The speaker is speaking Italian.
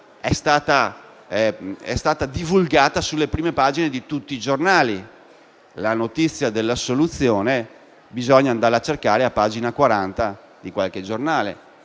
è stata divulgata sulle prime pagine di tutti i giornali; la notizia dell'assoluzione bisogna invece andarla a cercare a pagina 40 di qualche giornale.